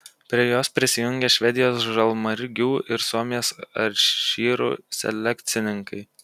prie jos prisijungė švedijos žalmargių ir suomijos airšyrų selekcininkai